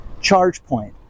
ChargePoint